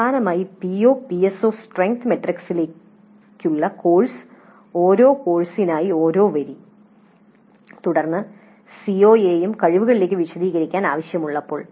അവസാനമായി PO PSO strength മാട്രിക്സിലേക്കുള്ള course ഓരോ കോഴ്സിനായി ഒരു വരി തുടർന്ന് സിഒയും കഴിവുകളിലേക്ക് വിശദീകരിക്കാൻ ആവശ്യമുള്ളപ്പോൾ